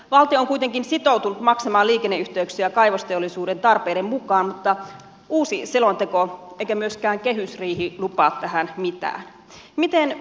valtio on kuitenkin sitoutunut maksamaan liikenneyhteyksiä kaivosteollisuuden tarpeiden mukaan mutta uusi selonteko ei eikä myöskään kehysriihi lupaa tähän mitään